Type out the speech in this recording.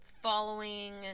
following